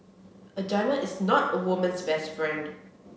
a diamond is not a woman's best friend